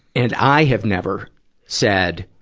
and i have never said,